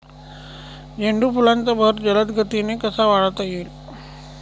झेंडू फुलांचा बहर जलद गतीने कसा वाढवता येईल?